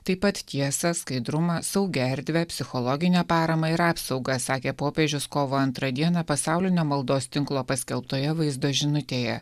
taip pat tiesą skaidrumą saugią erdvę psichologinę paramą ir apsaugą sakė popiežius kovo antrą dieną pasaulinio maldos tinklo paskelbtoje vaizdo žinutėje